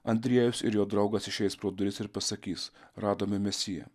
andriejus ir jo draugas išeis pro duris ir pasakys radome mesiją